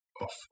off